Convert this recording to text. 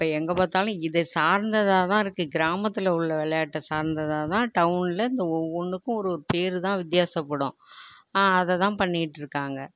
இப்போ எங்கே பார்த்தாலும் இதை சார்ந்ததாக தான் இருக்குது கிராமத்தில் உள்ள விளையாட்டை சார்ந்ததாக தான் டவுனில் இந்த ஒவ்வொன்றுக்கும் ஒரு பேர்தான் வித்தியாசப்படும் அதைதான் பண்ணிகிட்டிருக்காங்க